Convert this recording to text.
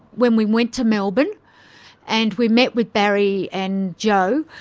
when we went to melbourne and we met with barry and jo,